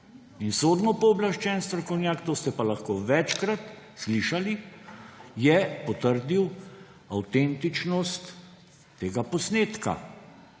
In sodno pooblaščen strokovnjak, to ste pa lahko večkrat slišali, je potrdil avtentičnost tega posnetka.